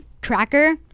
tracker